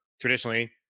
traditionally